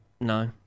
no